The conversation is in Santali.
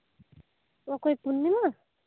ᱚᱠᱚᱭ ᱯᱩᱨᱱᱤᱢᱟ